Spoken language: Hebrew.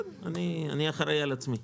אני אחראי על עצמי.